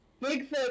Bigfoot